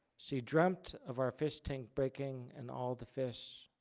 she dreamt of our fish tank breaking and all the fish.